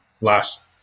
last